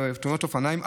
ותאונות אופניים,